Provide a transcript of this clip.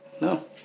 no